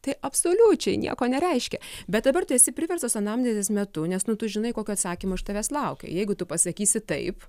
tai absoliučiai nieko nereiškia bet dabar tu esi priverstas anamnezės metu nes nu tu žinai kokio atsakymo iš tavęs laukia jeigu tu pasakysi taip